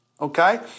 okay